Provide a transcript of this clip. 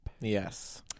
Yes